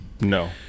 No